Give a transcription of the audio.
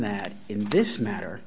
that in this matter